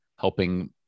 helping